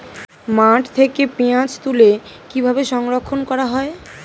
মাঠ থেকে পেঁয়াজ তুলে কিভাবে সংরক্ষণ করা হয়?